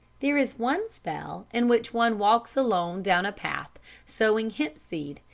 there is one spell in which one walks alone down a path sowing hempseed,